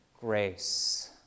grace